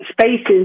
spaces